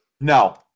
No